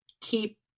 keep